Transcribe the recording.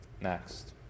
next